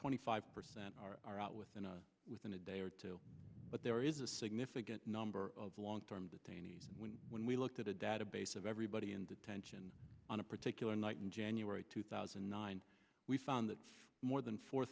twenty five percent are out within a within a day or two but there is a significant number of long term detainees when when we looked at a database of everybody in detention on a particular night in january two thousand and nine we found that more than four